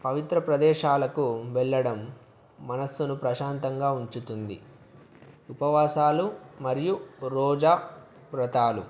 పవిత్ర ప్రదేశాలకు వెళ్ళడం మనస్సును ప్రశాంతంగా ఉంచుతుంది ఉపవాసాలు మరియు రోజా వ్రతాలు